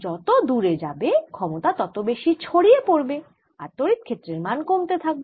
যত দূরে যাবে ক্ষমতা তত বেশি ছড়িয়ে পড়বে আর তড়িৎ ক্ষেত্রের মান কমতে থাকবে